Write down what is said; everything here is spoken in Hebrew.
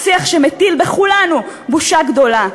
שיח שמטיל בכולנו בושה גדולה.